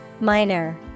Minor